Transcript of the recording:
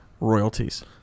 royalties